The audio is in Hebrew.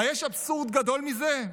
היש אבסורד גדול מזה?